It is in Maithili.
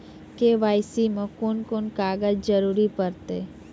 के.वाई.सी मे कून कून कागजक जरूरत परतै?